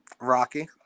Rocky